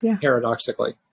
paradoxically